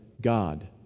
God